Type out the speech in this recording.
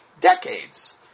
decades